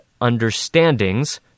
understandings